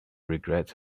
regrets